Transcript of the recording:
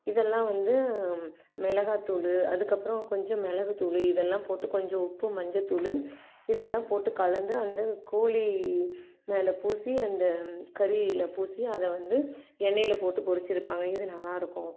இதெல்லாம் வந்து மிளகாத்தூள் அதுக்கப்புறம் கொஞ்சம் மிளகுத்தூள் இதெல்லாம் போட்டு கொஞ்சம் உப்பு மஞ்சத்தூள் இதெல்லாம் போட்டு கலந்து அந்த கோழி மேல பூசி அந்த கறியில் பூசி அதை வந்து எண்ணெயில் போட்டு பொரித்து எடுப்பாங்க இது நல்லாயிருக்கும்